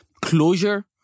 closure